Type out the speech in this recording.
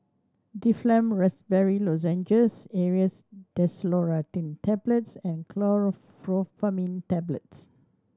Difflam Raspberry Lozenges Aerius Desloratadine Tablets and Chlorpheniramine Tablets